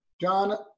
John